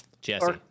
Jesse